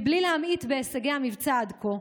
בלי להמעיט בהישגי המבצע עד כה,